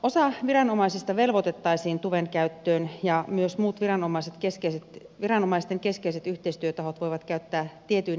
osa viranomaisista velvoitettaisiin tuven käyttöön ja myös muut viranomaisten keskeiset yhteistyötahot voivat käyttää sitä tietyin edellytyksin